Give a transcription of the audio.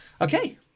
Okay